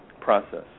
process